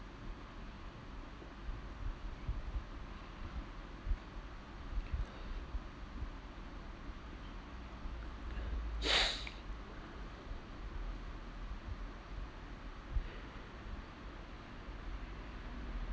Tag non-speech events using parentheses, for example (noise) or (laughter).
(noise)